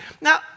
Now